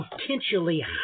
potentially